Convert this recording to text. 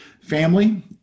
family